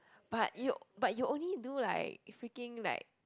but you but you only do like freaking like